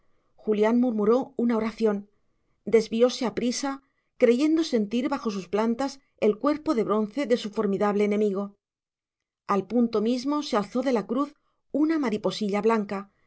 julián murmuró una oración desvióse aprisa creyendo sentir bajo sus plantas el cuerpo de bronce de su formidable enemigo al punto mismo se alzó de la cruz una mariposilla blanca